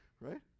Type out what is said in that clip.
Right